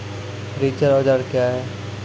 रिचर औजार क्या हैं?